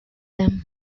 them